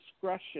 discretion